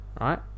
Right